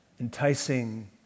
enticing